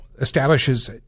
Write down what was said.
establishes